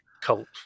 cult